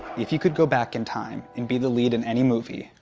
if you could go back in time and be the lead in any movie,